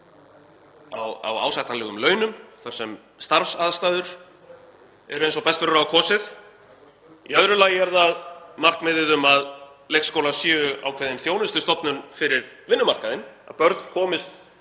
á ásættanlegum launum þar sem starfsaðstæður eru eins og best verður á kosið. Í öðru lagi er það markmiðið um að leikskólar séu ákveðin þjónustustofnun fyrir vinnumarkaðinn, að börn komist